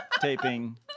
taping